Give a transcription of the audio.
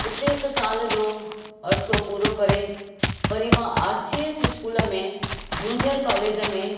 हुते हिकु साल जो अरसो पुरो करे वरी मां आर्चियस स्कूल में जूनियर कॉलेज में